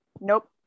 Nope